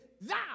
thou